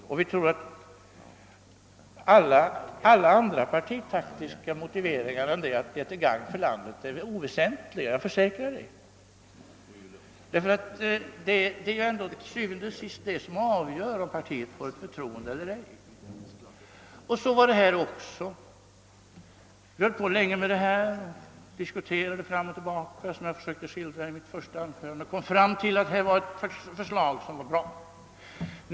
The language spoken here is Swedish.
Vi tror att alla andra partitaktiska motiveringar än att det är till gagn för landet är oväsentliga. Til syvende og sidst är det ju detta som avgör om partiet vinner förtroende eller ej, och så låg det ju också till i det här fallet. Frågan diskuterades fram och tillbaka, vilket jag försökte skildra i mitt första anförande, och vi kom fram till att det här förslaget var bra.